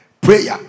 Prayer